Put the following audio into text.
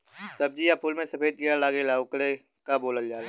सब्ज़ी या फुल में सफेद कीड़ा लगेला ओके का बोलल जाला?